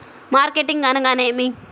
Marketing అనగానేమి?